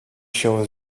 się